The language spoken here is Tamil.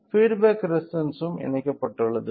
பீட் பேக் ரெசிஸ்டன்ஸ்ம் இணைக்கப்பட்டுள்ளது